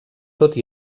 tot